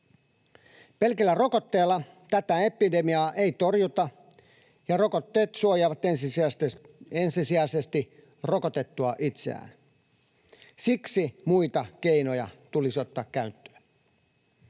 Pelkällä rokotteella tätä epidemiaa ei torjuta, ja rokotteet suojaavat ensisijaisesti rokotettua itseään. Siksi muita keinoja tulisi ottaa käyttöön.